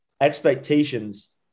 expectations